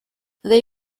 they